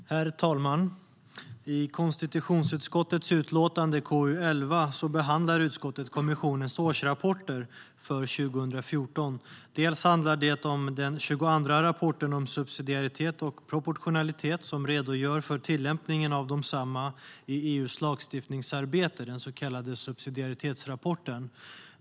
Granskning av kommissionsrapporter om subsidiaritet och proportionalitet m.m. Herr talman! I konstitutionsutskottets utlåtande KU11 behandlar utskottet kommissionens årsrapporter för 2014. Dels handlar det om den tjugoandra rapporten om subsidiaritet och proportionalitet, som redogör för tillämpningen av desamma i EU:s lagstiftningsarbete. Det är den så kallade subsidiaritetsrapporten.